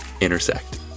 intersect